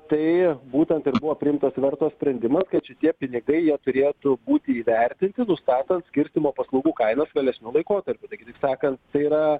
tai būtent ir buvo priimtas verto sprendimas kad šitie pinigai jie turėtų būti įvertinti nustatant skirstymo paslaugų kainas vėlesniu laikotarpiu tai kitaip sakant tai yra